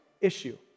issue